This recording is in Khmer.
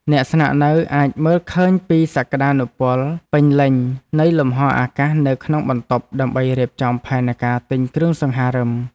អ្នកស្នាក់នៅអាចមើលឃើញពីសក្ដានុពលពេញលេញនៃលំហរអាកាសនៅក្នុងបន្ទប់ដើម្បីរៀបចំផែនការទិញគ្រឿងសង្ហារិម។